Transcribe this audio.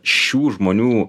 šių žmonių